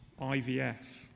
IVF